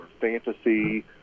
fantasy